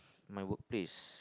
my workplace